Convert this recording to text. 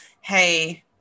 hey